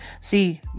see